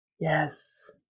Yes